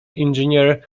engineer